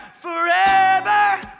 forever